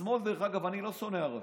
השמאל, דרך אגב, אני לא שונא ערבים,